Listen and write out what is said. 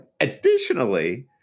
Additionally